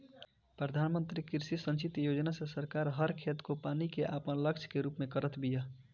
प्रधानमंत्री कृषि संचित योजना से सरकार हर खेत को पानी के आपन लक्ष्य के पूरा करत बिया